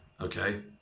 okay